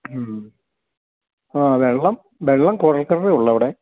മ്മ് ആ വെള്ളം വെള്ളം കുഴൽ കെണറെ ഉള്ളു അവിടെ